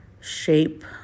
shape